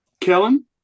Kellen